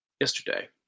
yesterday